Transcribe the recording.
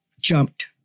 jumped